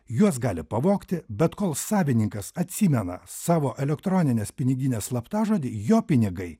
juos gali pavogti bet kol savininkas atsimena savo elektroninės piniginės slaptažodį jo pinigai